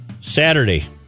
Saturday